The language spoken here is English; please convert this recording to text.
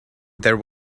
there